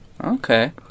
okay